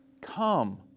Come